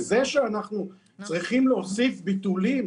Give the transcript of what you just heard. זה שאנחנו צריכים להוסיף ביטולים